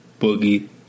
Boogie